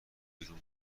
بیرون